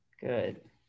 good